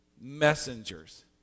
Messengers